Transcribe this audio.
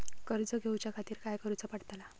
कर्ज घेऊच्या खातीर काय करुचा पडतला?